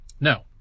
no